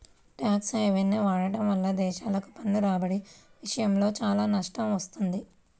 tax హెవెన్ని వాడటం వల్ల దేశాలకు పన్ను రాబడి విషయంలో చాలా నష్టం వస్తుంది